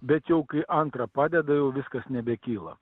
bet jau kai antrą padeda jau viskas nebekyla